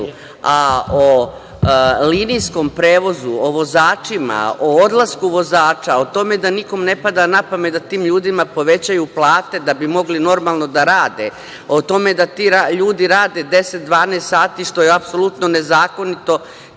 linijskom prevozu, o vozačima, o odlasku vozača, o tome da nikome ne pada na pamet da tim ljudima povećaju plate da bi mogli normalno da rade, o tome da ti ljudi rade 10, 12 sati, što je apsolutno nezakonito,